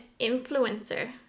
influencer